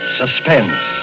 suspense